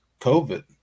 COVID